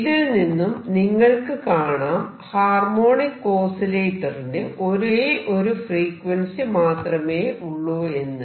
ഇതിൽ നിന്നും നിങ്ങൾക്ക് കാണാം ഹാർമോണിക് ഓസിലേറ്ററിന് ഒരേ ഒരു ഫ്രീക്വൻസി മാത്രമേയുള്ളൂ എന്ന്